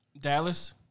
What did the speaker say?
Dallas